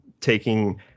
taking